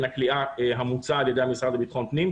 הכליאה המוצע על ידי המשרד לבטחון הפנים,